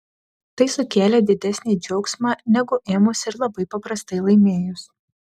tai sukėlė didesnį džiaugsmą negu ėmus ir labai paprastai laimėjus